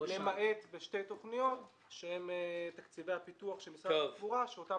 למעט בשתי תכניות שהן תקציבי הפיתוח של משרד התחבורה שאותם